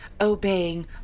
obeying